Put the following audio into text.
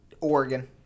Oregon